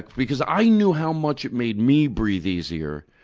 because i knew how much it made me breathe easier.